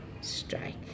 Strike